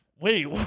wait